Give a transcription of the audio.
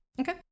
Okay